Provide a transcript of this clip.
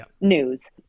news